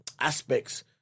aspects